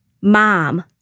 Mom